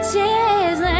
Tears